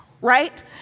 Right